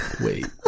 wait